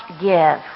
give